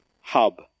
hub